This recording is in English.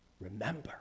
Remember